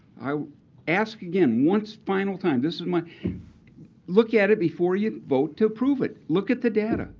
i ask again once final time, this is my look at it before you vote to approve it. look at the data.